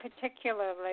particularly